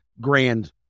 grand